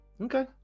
Okay